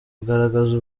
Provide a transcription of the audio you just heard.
kugaragaza